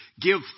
Give